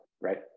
right